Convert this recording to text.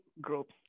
groups